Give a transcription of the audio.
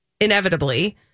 inevitably